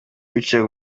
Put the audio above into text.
wicaye